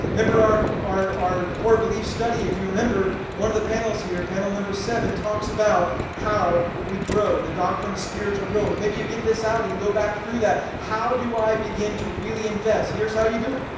our our our core beliefs study if you remember one of the panels here, panel number seven, talks about how we grow the doctrine of spiritual growth. maybe you get this out and go back through that. how do i begin to really invest? here's how you do it,